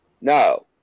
no